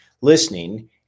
listening